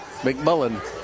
McMullen